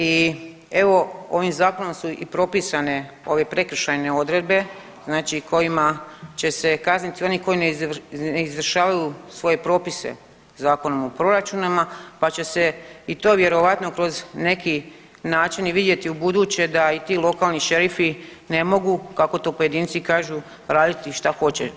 I evo ovim zakonom su i propisane ove prekršajne odredbe znači kojima će se kazniti oni koji ne izvršavaju svoje propise Zakonom o proračunima, pa će se i to vjerojatno kroz neki način i vidjeti ubuduće da i ti lokalni šerifi ne mogu kako to pojedinci kažu raditi šta hoće.